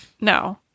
no